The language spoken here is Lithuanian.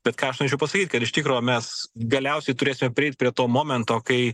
bet ką aš norėčiau pasakyt kad iš tikro mes galiausiai turėsime prieit prie to momento kai